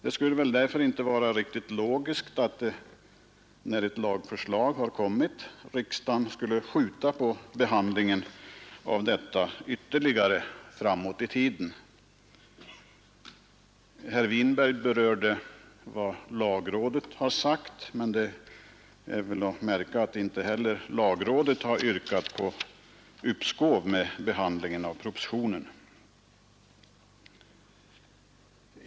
Det skulle väl därför inte vara riktigt logiskt att, när ett lagförslag har kommit, riksdagen skulle skjuta på behandlingen av detta ytterligare framåt i tiden. Herr Winberg berörde vad lagrådet har sagt, men det är väl att märka att lagrådet inte har yrkat på uppskov med behandlingen av propositionen.